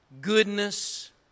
goodness